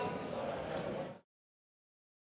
Tak,